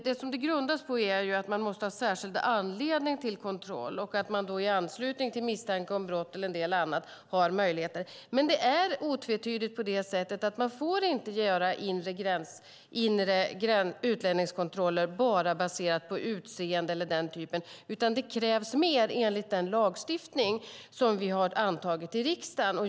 Det grundar sig på att man måste ha särskild anledning till kontroll och att man då i anslutning till misstanke om brott eller en del annat har sådana möjligheter. Det är dock otvetydigt på det sättet att man inte får göra inre utlänningskontroller bara baserat på utseende eller sådant. Det krävs mer enligt den lagstiftning som vi har antagit i riksdagen.